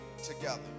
together